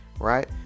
Right